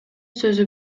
сөзү